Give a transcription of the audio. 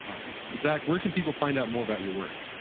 awesome zach, where can people find out more about your work?